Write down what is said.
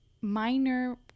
minor